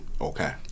okay